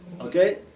Okay